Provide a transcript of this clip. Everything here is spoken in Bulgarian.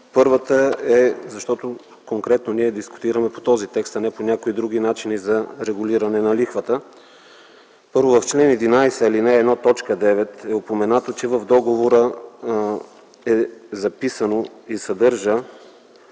Първата е, че ние конкретно дискутираме по този текст, а не по някои други начини за регулиране на лихвата. Първо, в чл. 11, ал. 1, т. 9 е упоменато, че в договора е записано и съдържа: